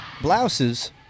Blouses